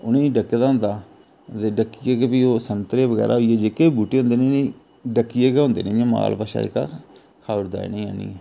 उ'नेंगी डक्के दा होंदा ते डक्कियै ते फ्ही ओह् संतरें बगैरा होई गे जेहके बी बूहटे होंदे न उ'नेंगी डक्कियै गी होंदे ना इ'यां माल बच्छा जेह्का खाई ओड़दा इ'नेंगी आनियै